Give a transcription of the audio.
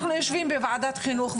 אנחנו יושבים בוועדת חינוך,